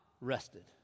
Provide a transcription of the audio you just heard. rested